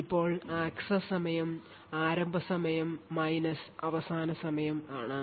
ഇപ്പോൾ ആക്സസ് സമയം ആരംഭ സമയം അവസാന സമയം ആണ്